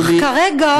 אך כרגע,